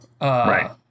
Right